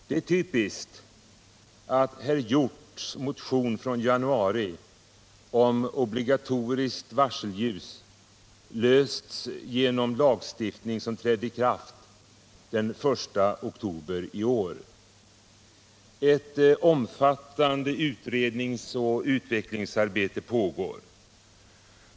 Det är typiskt att herr Hjorths motion från januari om obligatoriskt varselljus löstes genom en lagstiftning, som trädde i kraft den 1 oktober i år. Ett omfattande utredningsoch utvecklingsarbete pågår.